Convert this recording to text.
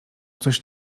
coś